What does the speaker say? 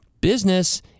business